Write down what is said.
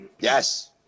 Yes